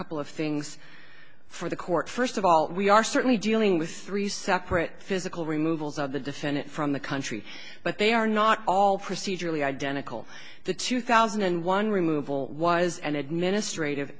couple of things for the court first of all we are certainly dealing with three separate physical removals of the defendant from the country but they are not all procedurally identical the two thousand and one removal was an administrative